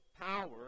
power